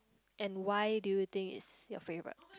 and why do you think it's your favourite